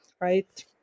right